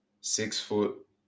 six-foot